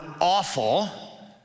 awful